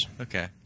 Okay